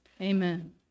amen